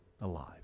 alive